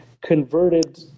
converted